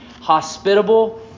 hospitable